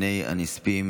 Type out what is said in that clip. הנספים